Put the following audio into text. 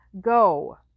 go